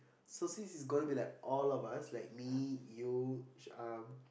so since it's gonna be like all of us like me you um